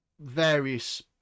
various